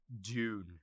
Dune